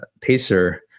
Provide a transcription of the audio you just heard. pacer